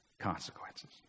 consequences